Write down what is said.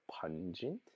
pungent